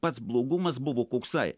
pats blogumas buvo koksai